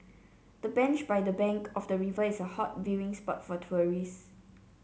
the bench by the bank of the river is a hot viewing spot for tourists